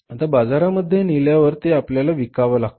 आता बाजारामध्ये नेल्यावर ते आपल्याला विकावं लागते